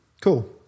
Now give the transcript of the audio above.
Cool